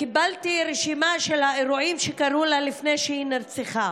קיבלתי רשימה של האירועים שקרו לה לפני שהיא נרצחה: